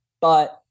but-